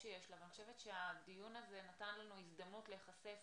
שיש לה ואני חושבת שהדיון הזה נתן לנו הזדמנות להיחשף